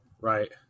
Right